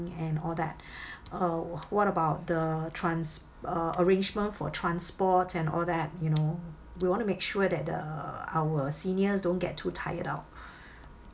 and all that uh what about the trans~ uh arrangement for transport and all that you know we want to make sure that the our seniors don't get too tired out